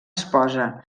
esposa